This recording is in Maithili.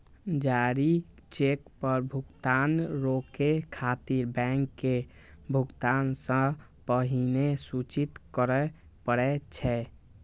जारी चेक पर भुगतान रोकै खातिर बैंक के भुगतान सं पहिने सूचित करय पड़ै छै